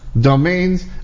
domains